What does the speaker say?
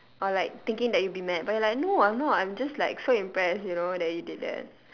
or like thinking that you will be mad but you are like no I'm not I'm just like so impressed you know that you did that